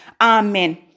amen